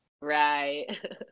Right